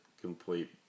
complete